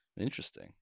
Interesting